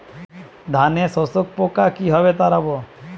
ধানে শোষক পোকা কিভাবে তাড়াব?